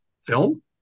film